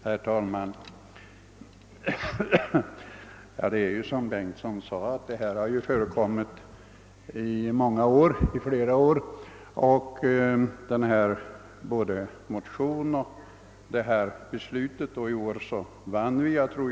Herr talman! Detta ärende har, såsom herr Bengtsson i Varberg nämnde, återkommit under flera år. Såväl motionsyrkandena som riksdagens beslut har därvid upprepats år efter år.